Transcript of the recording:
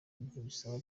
ntibisaba